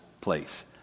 place